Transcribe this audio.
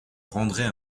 rendrait